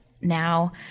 Now